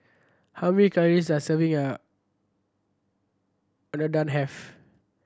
how many calories does serving a Unadon have